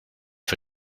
for